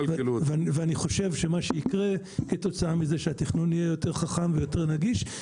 ואני חושב שמה שיקרה כתוצאה מזה הוא שהתכנון יהיה יותר חכם ויותר נגיש,